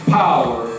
power